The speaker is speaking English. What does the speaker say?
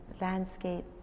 landscape